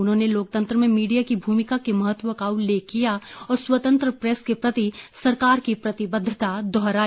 उन्होंने लोकतंत्र में मीडिया की भूमिका के महत्व का उल्लेख किया और स्वतंत्र प्रेस के प्रति सरकार की प्रतिबद्वता दोहराई